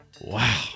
Wow